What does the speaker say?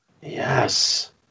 Yes